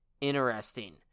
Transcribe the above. interesting